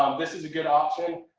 um this is a good option.